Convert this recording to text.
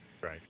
Right